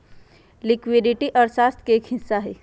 liquidity अर्थशास्त्र के ही हिस्सा हई